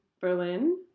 Berlin